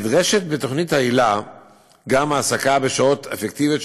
נדרשת בתוכנית היל"ה גם העסקה בשעות אפקטיביות,